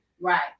Right